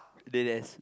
deadass